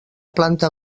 planta